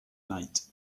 night